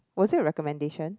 was it recommendation